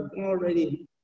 already